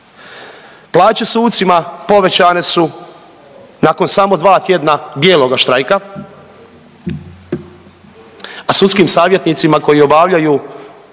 Plaće sucima povećane su nakon samo dva tjedna bijeloga štrajka, a sudskim savjetnicima koji obavljaju